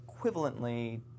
equivalently